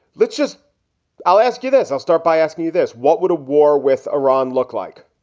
let's just i'll ask you this. i'll start by asking you this. what would a war with iran look like?